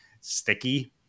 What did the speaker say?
sticky